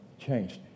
changed